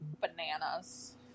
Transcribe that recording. Bananas